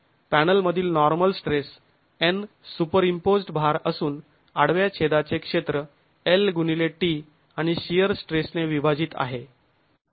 पॅनलमधील normal stress N superimposed भार असून आडव्या छेदाचे क्षेत्र l गुणिले t आणि शिअर स्ट्रेसने विभाजित आहे